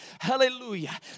Hallelujah